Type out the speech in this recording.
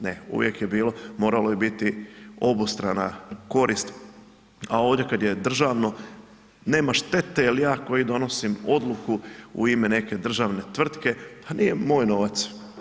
Ne, uvijek je bilo, moralo je biti obostrana korist, a ovdje kad je državno nema štete jer ja koji donosim odluku u ime neke državne tvrtke, pa nije moj novac.